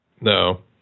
No